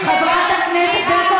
חברת הכנסת ברקו,